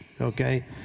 okay